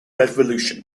revolution